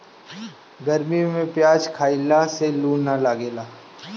गरमी में पियाज खइला से लू ना लागेला